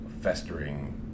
festering